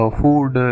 food